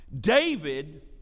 David